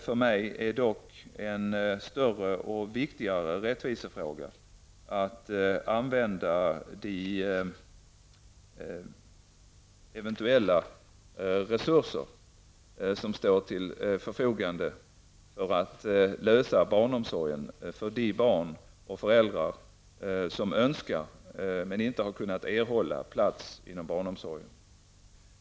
För mig är det dock en större och viktigare rättvisefråga att använda de eventuella resurser som står till förfogande för att lösa barnomsorgsproblemen för de barn och föräldrar som önskar men inte kunnat erhålla plats inom barnomsorgen.